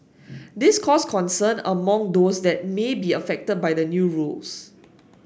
this caused concern among those that may be affected by the new rules